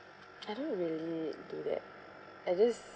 I don't really do that I just